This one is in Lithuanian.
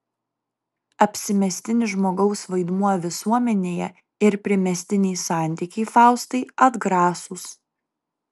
apsimestinis žmogaus vaidmuo visuomenėje ir primestiniai santykiai faustai atgrasūs